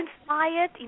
inspired